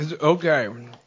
Okay